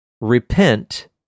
Repent